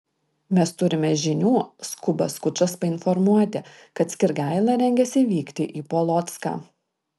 mes turime žinių skuba skučas painformuoti kad skirgaila rengiasi vykti į polocką